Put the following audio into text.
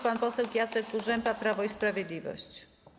Pan poseł Jacek Kurzępa, Prawo i Sprawiedliwość.